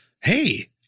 hey